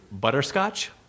butterscotch